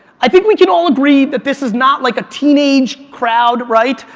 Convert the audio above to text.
i think we can all agree that this is not like a teenage crowd, right?